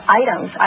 items